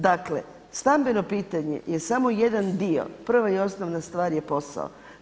Dakle, stambeno pitanje je samo jedan dio, prva i osnovna stvar je posao.